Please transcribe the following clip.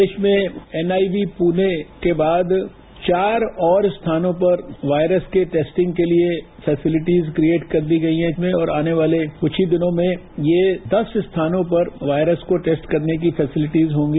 देश में एनआईबी पुषे के बाद चार और स्थानों पर वायस्त के टैस्टिंग के लिए फोसिलिटिज क्रिएट कर दी गई है इनमें और आने वाले कुछ ही दिनों में ये दस स्थानों पर वायरस को टैस्ट करने की फेसिलिटिज होगी